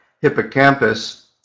hippocampus